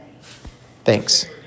Thanks